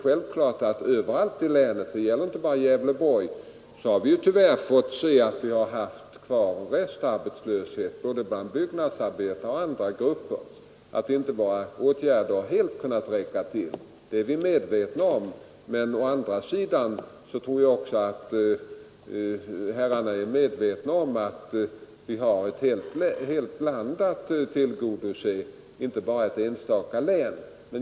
Självfallet har vi överallt — det gäller inte bara Gävleborgs län — tyvärr fått se att det finns restarbetslöshet kvar bland både byggnadsarbetare och andra grupper. Våra åtgärder har inte helt kunnat räcka till, det är vi medvetna om. Men å andra sidan tror jag att herrarna inser att vi har att tillgodose hela landet, inte bara ett enstaka län.